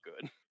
good